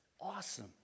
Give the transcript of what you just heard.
awesome